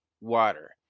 water